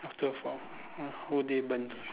after four !wah! whole day burnt